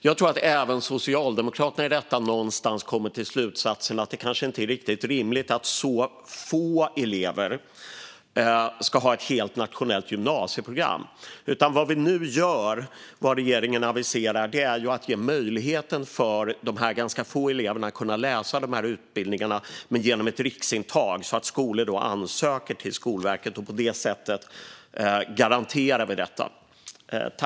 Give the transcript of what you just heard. Jag tror att även Socialdemokraterna någonstans kommer till slutsatsen att det kanske inte är riktigt rimligt att så få elever ska ha ett helt nationellt gymnasieprogram. Vad vi nu gör, som regeringen aviserar, är att ge möjlighet för dessa ganska få elever att läsa dessa utbildningar genom ett riksintag. Skolor ansöker då till Skolverket, och på det sättet garanterar vi detta.